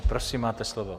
Prosím máte slovo.